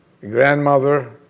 grandmother